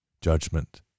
judgment